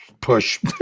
push